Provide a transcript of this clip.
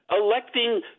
electing